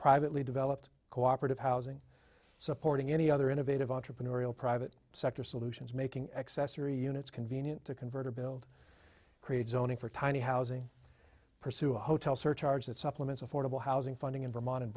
privately developed cooperative housing supporting any other innovative entrepreneurial private sector solutions making accessory units convenient to convert or build create zoning for tiny housing pursue a hotel surcharge that supplements affordable housing funding in vermont